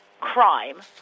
crime –